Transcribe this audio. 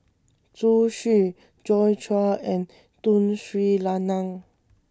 Zhu Xu Joi Chua and Tun Sri Lanang